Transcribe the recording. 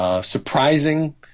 surprising